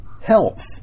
health